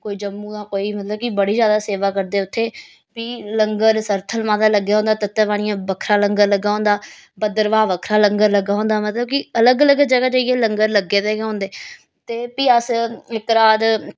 कोई जम्मू दा कोई मतलब कि बड़ी ज्यादा सेवा करदे उत्थें फ्ही लंगर सरथल माता लग्गे दा होंदा तत्ते पानियै बक्खरा लंगर लग्गे दा होंदा भद्रवाह बक्खरा लंगर लग्गे दा होंदा मतलब कि अलग अलग जगह च लंगर लग्गे दे गै होंदे ते फ्ही अस इक रात